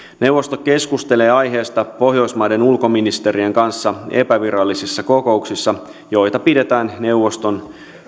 neuvosto keskustelee aiheesta pohjoismaiden ulkoministerien kanssa epävirallisissa kokouksissa joita pidetään neuvoston